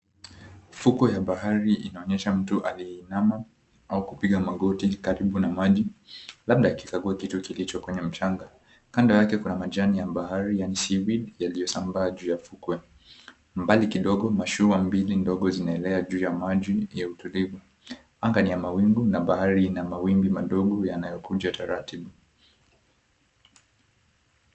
Fukwe ya bahari inaonyesha mtu aliyeinama, au kupiga magoti karibu na maji. Labda akikagua kitu kilicho kwenye mchanga. Kando yake kuna majani ya bahari yaani, seaweed yaliyosambaa juu ya fukwe. Mbali kidogo, mashua mbili ndogo zinaelea juu ya maji ya utulivu. Anga ni ya mawingu, na bahari ina mawimbi madogo, yanayokuja taratibu.